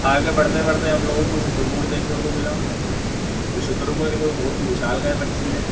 आगे बढ़ते बढ़ते हमलोगों को शुतुरमुर्ग देखने को मिला जो शुतुरमुर्ग है वह बहुत ही विशालकाय पक्षी है